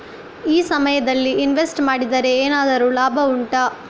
ಈ ಸಮಯದಲ್ಲಿ ಇನ್ವೆಸ್ಟ್ ಮಾಡಿದರೆ ಏನಾದರೂ ಲಾಭ ಉಂಟಾ